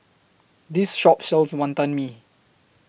This Shop sells Wantan Mee